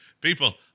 People